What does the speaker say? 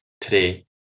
today